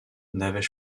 n’avais